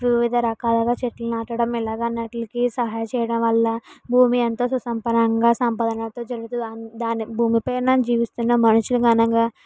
వివిధ రకాలుగా చెట్లు నాటడం ఎలాగ ఉన్నట్లుకి సహాయం చేయడం వల్ల భూమి ఎంతో సుసంపన్నంగా సంపాదనలతో దానిపై భూమి పైన జీవిస్తున్న మనుషులు కారణంగా